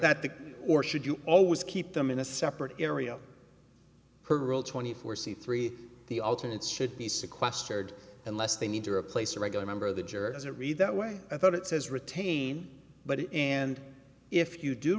that the or should you always keep them in a separate area twenty four c three the alternates should be sequestered unless they need to replace a regular member of the jury doesn't read that way i thought it says retain but and if you do